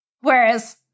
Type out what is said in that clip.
Whereas